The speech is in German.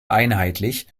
einheitlich